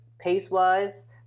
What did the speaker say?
Pace-wise